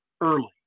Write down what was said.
early